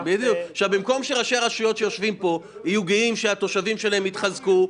במקום שראשי הרשויות שיושבים פה יהיו גאים שהתושבים שלהם התחזקו,